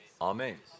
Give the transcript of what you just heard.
Amen